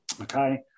Okay